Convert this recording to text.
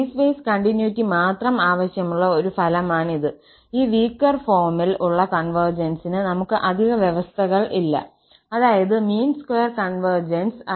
ഒരു piecewise continuity മാത്രം ആവശ്യമുള്ള ഒരു ഫലമാണിത് ഈ വീകെർ ഫോമിൽ ഉള്ള കോൺവെർജൻസിനു നമുക്ക് അധിക വ്യവസ്ഥകൾ ഇല്ല അതായത് മീൻ സ്ക്വയർ കോൺവെർജൻസ്